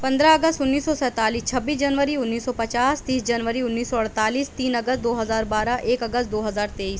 پندرہ اگست انیس سو سینتالیس چھبیس جنوری انیس سو پچاس تیس جنوری انیس سو اڑتالیس تین اگست دو ہزار بارہ ایک اگست دو ہزار تیئیس